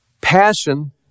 Passion